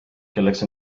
kelleks